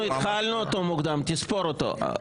אנחנו התחלנו אותו מוקדם, תספור אותו.